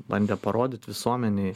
bandė parodyt visuomenei